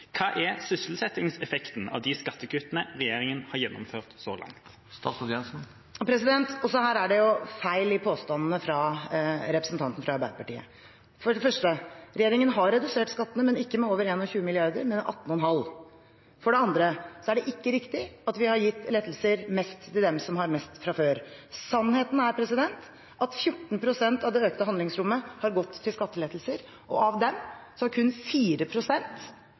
Hva er sysselsettingseffekten av de skattekuttene regjeringen har gjennomført så langt?» Også her er det feil i påstandene fra representanten fra Arbeiderpartiet. For det første: Regjeringen har redusert skattene, ikke med over 21 mrd. kr, men med 18,5 mrd. kr. For det andre: Det er ikke riktig at vi har gitt mest lettelser til dem som har mest fra før. Sannheten er at 14 pst. av det økte handlingsrommet har gått til skattelettelser, og av dem har kun